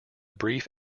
brief